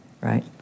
right